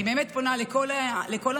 אני באמת פונה לכל המשפחות